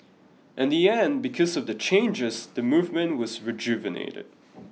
in the end because of the changes the movement was rejuvenated